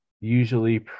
usually